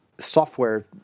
Software